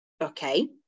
okay